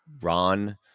Ron